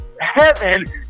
heaven